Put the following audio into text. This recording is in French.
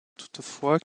toutefois